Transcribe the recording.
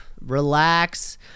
relax